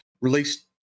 released